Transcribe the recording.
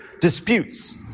disputes